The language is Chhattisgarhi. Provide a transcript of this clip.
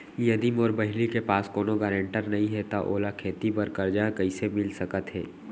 यदि मोर बहिनी के पास कोनो गरेंटेटर नई हे त ओला खेती बर कर्जा कईसे मिल सकत हे?